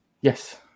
Yes